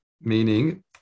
Meaning